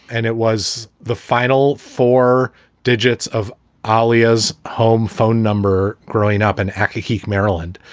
and it was the final four digits of ah aliya's home phone number. growing up in accokeek, maryland,